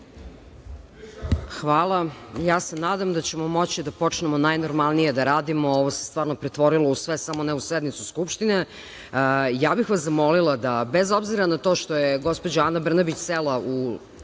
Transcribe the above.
Hvala. Nadam se ćemo moći najnormalnije da radimo, jer ovo se stvarno pretvorilo u sve samo ne u sednicu Skupštine. Ja bih vas zamolila da bez obzira na to što je gospođa Ana Brnabić sela za